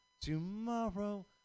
tomorrow